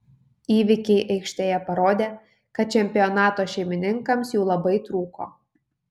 įvykiai aikštėje parodė kad čempionato šeimininkams jų labai trūko